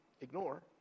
ignore